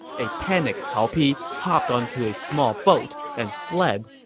a panicked cao pi hopped onto a small boat and fled.